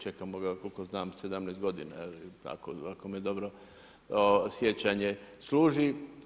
Čekamo ga koliko znam 17 g. jel, tako ako me dobro sjećanje služi.